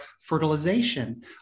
fertilization